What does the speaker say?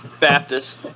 Baptist